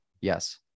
yes